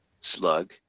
Slug